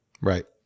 Right